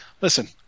Listen